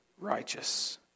righteous